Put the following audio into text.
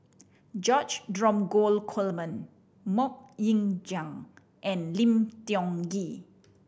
George Dromgold Coleman Mok Ying Jang and Lim Tiong Ghee